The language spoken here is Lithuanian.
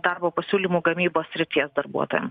darbo pasiūlymų gamybos srities darbuotojam